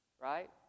Right